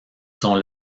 sont